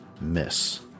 Miss